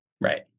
Right